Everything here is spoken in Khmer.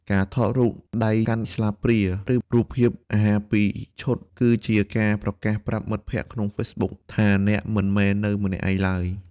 ការថតរូប "ដៃកាន់ស្លាបព្រា" ឬ "រូបភាពអាហារពីរឈុត" គឺជាការប្រកាសប្រាប់មិត្តភក្ដិក្នុង Facebook ថាអ្នកមិនមែននៅម្នាក់ឯងឡើយ។